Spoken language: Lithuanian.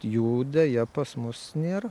jų deja pas mus nėra